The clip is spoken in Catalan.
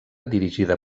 dirigida